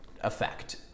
effect